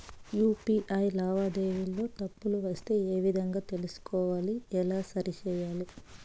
UPI లావాదేవీలలో తప్పులు వస్తే ఏ విధంగా తెలుసుకోవాలి? ఎలా సరిసేయాలి?